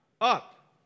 Up